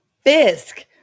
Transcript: Fisk